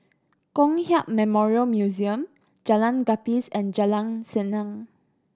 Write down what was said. Kong Hiap Memorial Museum Jalan Gapis and Jalan Senang